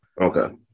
Okay